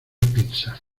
pizza